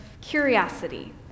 curiosity